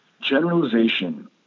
Generalization